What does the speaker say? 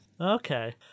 Okay